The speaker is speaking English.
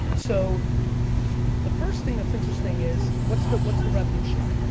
so the first thing that's interesting is, what's the what's the revenue share?